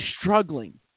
struggling